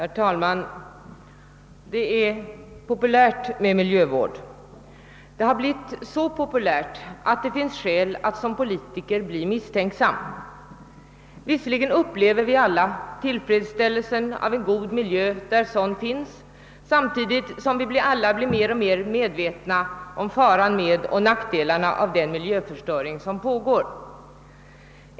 Herr talman! Det är populärt med miljövård. Det har blivit så populärt, att det finns skäl att som politiker bli miss tänksam. Visserligen upplever vi alla tillfredsställelsen av en god miljö, där sådan finns, men samtidigt blir vi alla mer och mer medvetna om faran med och nackdelarna av den miljöförstöring som pågår.